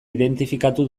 identifikatu